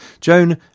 Joan